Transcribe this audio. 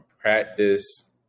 practice